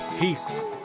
Peace